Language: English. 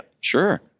Sure